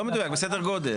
לא מדויק, בסדר גודל.